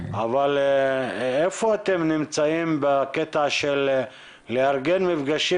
אבל איפה אתם נמצאים בקטע של לארגן מפגשים